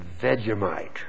Vegemite